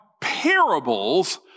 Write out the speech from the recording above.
parables